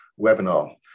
webinar